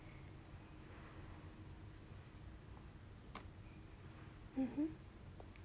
mmhmm